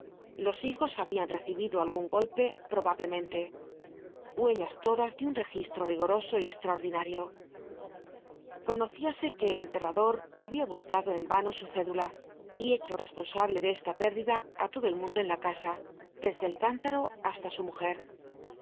los hijos habian recibido algun golpe probablemente huellas todas de un registro rigoroso y estraordinario conocíase que el enterrador habia buscado en vano su cédula y hecho responsable de esta pérdida á todo el mundo en la casa desde el cántaro hasta su mujer